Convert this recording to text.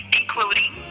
including